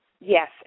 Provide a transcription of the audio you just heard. yes